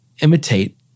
imitate